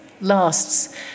lasts